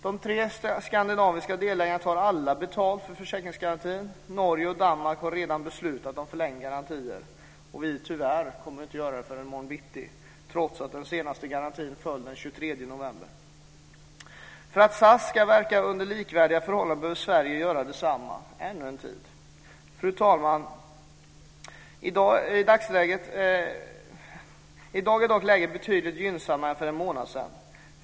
De tre skandinaviska delägarna tar alla betalt för försäkringsgarantin. Norge och Danmark har redan beslutat om förlängda garantier, och vi kommer tyvärr inte att göra det förrän i morgon bitti trots att den senaste garantin föll den 23 november. För att SAS ska verka under likvärdiga förhållanden bör Sverige göra detsamma ännu en tid. Fru talman! I dag är dock läget betydligt gynnsammare än för en månad sedan.